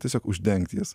tiesiog uždengti jas